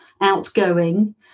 outgoing